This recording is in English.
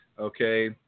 okay